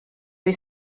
dei